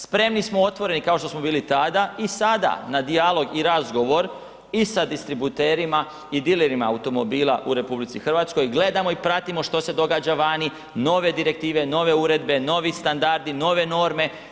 Spremni smo i otvoreni kao što smo bili tada i sada na dijalog i razgovor i sa distributerima i dilerima automobila u RH, gledamo i pratimo što se događa vani nove direktive, nove uredbe, novi standardi, nove norme.